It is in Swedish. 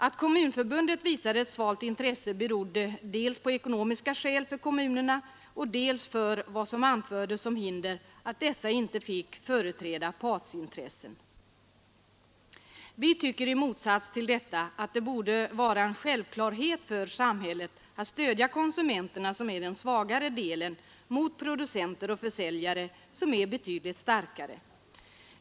Att Kommunförbundet visade ett svalt intresse berodde dels på kommunernas ekonomi, dels på — som man anförde — att kommunerna inte fick företräda partsintressen. Vi tycker i motsats till detta att det borde vara en självklarhet för samhället att stödja konsumenterna som är den svagare parten mot producenter och försäljare som är betydligt starkare.